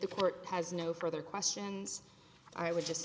the court has no further questions i would just